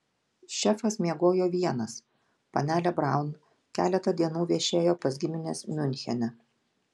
šefas miegojo vienas panelė braun keletą dienų viešėjo pas gimines miunchene